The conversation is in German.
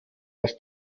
dass